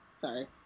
Sorry